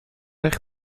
eich